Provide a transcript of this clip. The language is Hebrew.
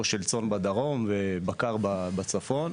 או של צאן בדרום ובקר בצפון,